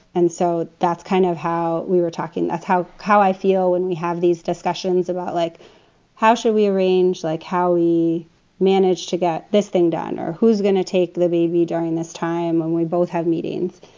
and so that's kind of how we were talking that's how how i feel when we have these discussions about like how should we arrange like how we manage to get this thing done or who's going to take the baby during this time when we both have meetings.